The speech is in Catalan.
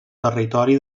territori